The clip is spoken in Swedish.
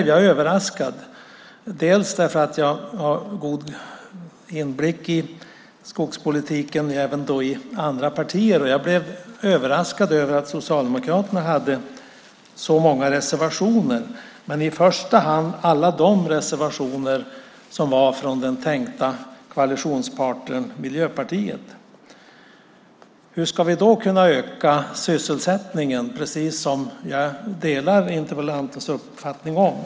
Jag har ju inblick i skogspolitiken också i andra partier, och jag blev överraskad över att Socialdemokraterna hade så många reservationer men allra främst av alla de reservationer som kom från deras tänkta koalitionspartner Miljöpartiet. Hur ska vi då kunna öka sysselsättningen, som både jag och interpellanten är angelägna om?